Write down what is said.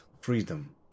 freedom